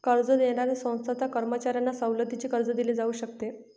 कर्ज देणाऱ्या संस्थांच्या कर्मचाऱ्यांना सवलतीचे कर्ज दिले जाऊ शकते